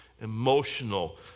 emotional